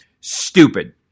stupid